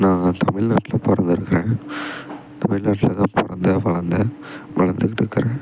நான் தமிழ்நாட்டுல பிறந்து இருக்கேன் தமிழ்நாட்ல தான் பிறந்தேன் வளர்ந்தேன் வளர்ந்துக்கிட்டு இருக்கிறேன்